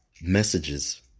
messages